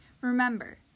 Remember